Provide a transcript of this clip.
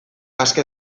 aske